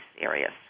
areas